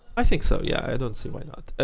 i think so. yeah, i don't see why not. ah